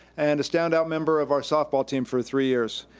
and a standout member of our softball team for three years.